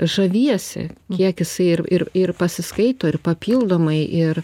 žaviesi kiek jisai ir ir ir pasiskaito ir papildomai ir